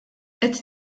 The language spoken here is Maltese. qed